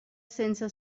sense